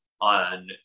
on